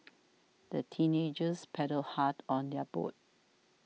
the teenagers paddled hard on their boat